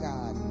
God